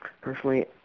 Personally